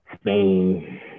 spain